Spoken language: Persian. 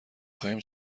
خواهیم